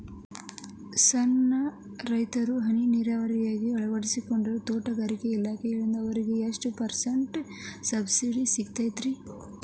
ಸಣ್ಣ ರೈತರು ಹನಿ ನೇರಾವರಿಯನ್ನ ಅಳವಡಿಸಿಕೊಂಡರೆ ತೋಟಗಾರಿಕೆ ಇಲಾಖೆಯಿಂದ ಅವರಿಗೆ ಎಷ್ಟು ಪರ್ಸೆಂಟ್ ಸಬ್ಸಿಡಿ ಸಿಗುತ್ತೈತರೇ?